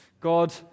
God